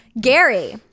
gary